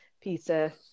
Peter